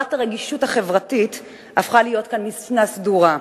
הרגישות החברתית הפכה להיות כאן משנה סדורה,